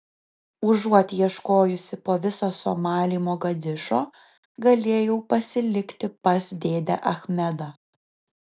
užuot ieškojusi po visą somalį mogadišo galėjau pasilikti pas dėdę achmedą